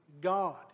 God